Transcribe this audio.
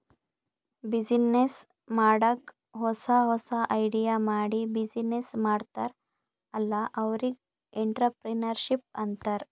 business ಮಾಡಾಗ್ ಹೊಸಾ ಹೊಸಾ ಐಡಿಯಾ ಮಾಡಿ ಬಿಸಿನ್ನೆಸ್ ಮಾಡ್ತಾರ್ ಅಲ್ಲಾ ಅವ್ರಿಗ್ ಎಂಟ್ರರ್ಪ್ರಿನರ್ಶಿಪ್ ಅಂತಾರ್